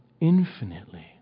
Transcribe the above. infinitely